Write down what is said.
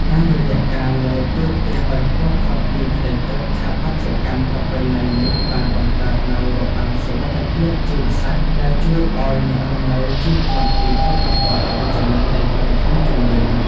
តាមរយៈការលើកតួផ្ទះឱ្យខ្ពស់ផុតពីផ្ទៃទឹក ស្ថាបត្យកម្មប្រពៃណីនេះបានបង្កើតនូវ របាំងសុវត្ថិភាពជីវសាស្ត្រ ដែលជួយឱ្យអ្នករស់នៅជៀសផុតពីផលប៉ះពាល់អវិជ្ជមាននៃបរិស្ថានជុំវិញ។